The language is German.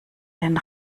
den